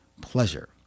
pleasure